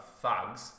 thugs